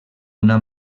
una